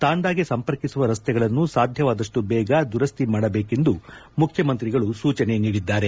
ತಾಂಡಾಗೆ ಸಂಪರ್ಕಿಸುವ ರಸ್ನೆಗಳನ್ನು ಸಾದ್ಯವಾದಪ್ಪು ಬೇಗ ದುರಸ್ತಿ ಮಾಡಬೇಕೆಂದು ಮುಖ್ಯಮಂತ್ರಿಗಳು ಸೂಚನೆ ನೀಡಿದ್ದಾರೆ